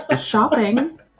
shopping